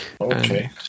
Okay